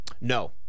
No